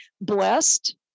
Blessed